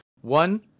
One